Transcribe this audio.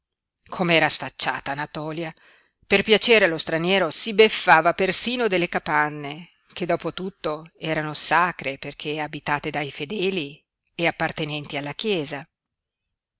com'era sfacciata natòlia per piacere allo straniero si beffava persino delle capanne che dopo tutto erano sacre perché abitate dai fedeli e appartenenti alla chiesa